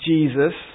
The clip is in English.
Jesus